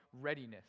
readiness